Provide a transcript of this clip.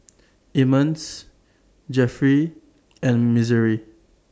Emmons Geoffrey and Missouri